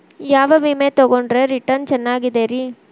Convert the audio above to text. ಯಾವ ವಿಮೆ ತೊಗೊಂಡ್ರ ರಿಟರ್ನ್ ಚೆನ್ನಾಗಿದೆರಿ?